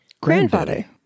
grandfather